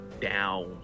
down